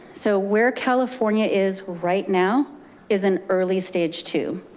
so where california is right now is in early stage two.